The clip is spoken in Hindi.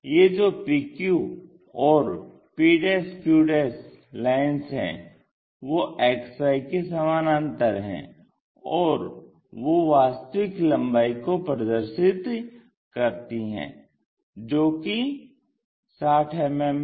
ये जो pq और pq लाइन्स हैं वो XY के समानांतर हैं और वो वास्तविक लम्बाई को प्रदर्शित करती है जो कि 60 मिमी है